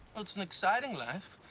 it's an exciting life,